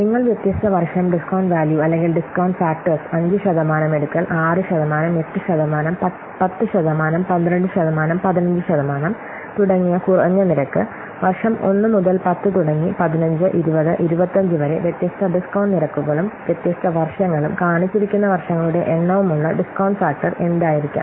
നിങ്ങൾ വ്യത്യസ്ത വർഷം ഡിസ്കൌണ്ട് വാല്യൂ അല്ലെങ്കിൽ ഡിസ്കൌണ്ട് ഫാക്ടര്സ് 5 ശതമാനം എടുക്കൽ 6 ശതമാനം 8 ശതമാനം 10 ശതമാനം 12 ശതമാനം 15 ശതമാനം തുടങ്ങിയ കുറഞ്ഞ നിരക്ക് വര്ഷം 1 മുതൽ 10 തുടങ്ങി 15 20 25 വരെ വ്യത്യസ്ത ഡിസ്കൌണ്ട് നിരക്കുകളും വ്യത്യസ്ത വർഷങ്ങളും കാണിച്ചിരിക്കുന്ന വർഷങ്ങളുടെ എണ്ണവുമുള്ള ഡിസ്കൌണ്ട് ഫാക്ടർ എന്തായിരിക്കാം